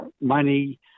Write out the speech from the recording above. money